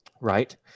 right